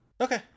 Okay